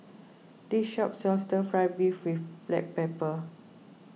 this shop sells Stir Fry Beef with Black Pepper